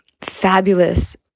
fabulous